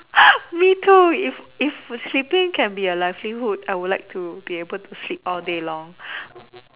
me too if if sleeping can be a livelihood I would like to be able to sleep all day long